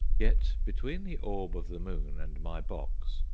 yet, between the orb of the moon and my box,